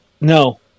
No